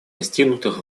достигнутых